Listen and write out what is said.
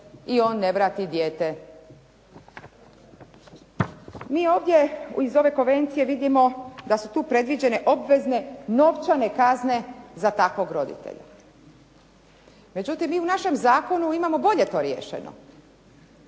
i on ne vrati dijete. Mi ovdje iz ove konvencije vidimo da su tu predviđene obvezne novčane kazne za takvog roditelja. Međutim, mi u našem zakonu imamo bolje to riješeno.